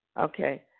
Okay